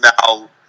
now